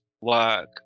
work